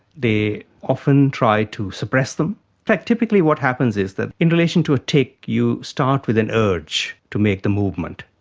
they often try to suppress them. in fact typically what happens is that in relation to a tick you start with an urge to make the movement,